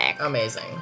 Amazing